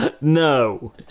No